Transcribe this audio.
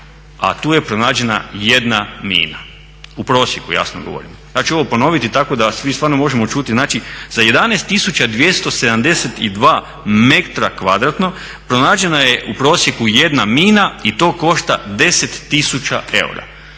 a tu je pronađena 1 mina, u prosjeku jasno govorim. Ja ću ovo ponoviti tako da svi stvarno možemo čuti, znači za 11272 m2 pronađena je u prosjeku 1 mina i to košta 10000 eura.